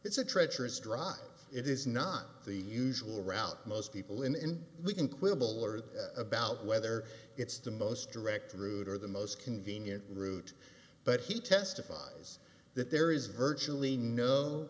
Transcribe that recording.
it's a treacherous drive it is not the usual route most people in we can quibble are about whether it's the most direct route or the most convenient route but he testifies that there is virtually no